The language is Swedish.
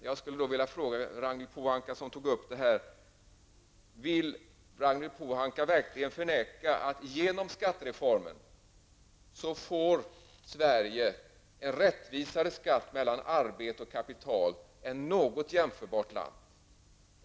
Jag skulle vilja fråga Ragnhild Pohanka som tog upp saken: Vill Ragnhild Pohanka verkligen förneka att Sverige till följd av skattereformen får en rättvisare skatt på arbete och kapital än något jämförbart land?